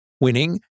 winning